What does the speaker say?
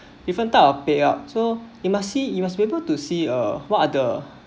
different type of payout so you must see you must be able to see uh what are the